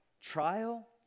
trial